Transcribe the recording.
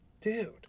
Dude